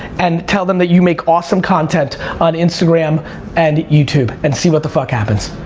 and tell them that you make awesome content on instagram and youtube and see what the fuck happens.